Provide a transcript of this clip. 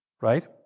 right